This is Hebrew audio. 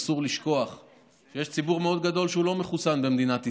אסור לשכוח שיש ציבור מאוד גדול שהוא לא מחוסן במדינת ישראל,